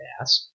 ask